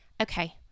okay